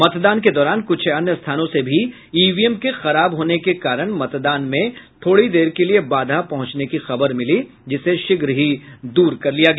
मतदान के दौरान कुछ अन्य स्थानों से भी ईवीएम के खराब होने के कारण मतदान में थोड़ी देर के लिये बाधा पहुंची जिसे शीघ्र ही दूर कर लिया गया